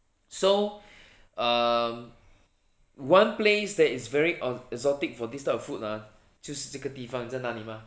so um one place that is very e~ exotic for this type of food ah 就是这个地方你知道哪里吗